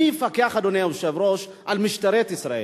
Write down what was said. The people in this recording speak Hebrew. מי יפקח, אדוני היושב-ראש, על משטרת ישראל?